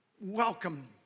welcome